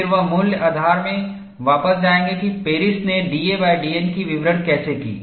फिर वह मूल आधार में वापस जाएगा कि पेरिस ने dadN की विवरण कैसे की